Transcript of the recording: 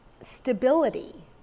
stability